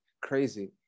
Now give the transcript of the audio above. Crazy